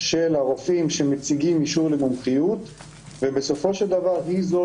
של הרופאים שמציגים אישור למומחיות ובסופו של דבר היא זו